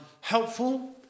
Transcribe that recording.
helpful